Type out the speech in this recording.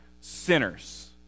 sinners